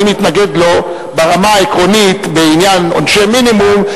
מתנגד לו ברמה העקרונית בעניין עונשי מינימום,